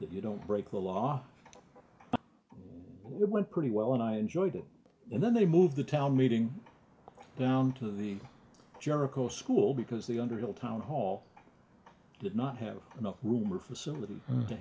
you don't break the law when pretty well and i enjoyed it and then they moved the town meeting down to the jericho school because the underhill town hall did not have enough room or facility to